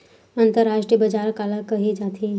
अंतरराष्ट्रीय बजार काला कहे जाथे?